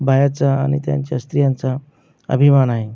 बायाचा आनि त्यांच्या स्त्रियांचा अभिमान आहे